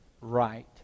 right